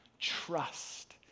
trust